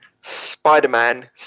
Spider-Man